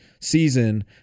season